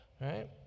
Right